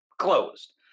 closed